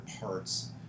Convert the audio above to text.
parts